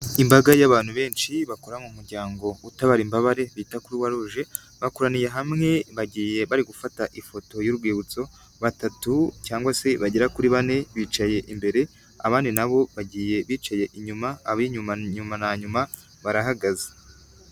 imbaga y'abantu benshi bakora mu muryango utabara imbabare bita Croix rouge, bakoraniye hamwe bagiye bari gufata ifoto y'urwibutso, batatu cyangwa se bagera kuri bane bicaye imbere, abandi nabo bagiye bicaye inyuma ab'inyuma na nyuma barahagaze.